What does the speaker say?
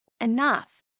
enough